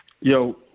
Yo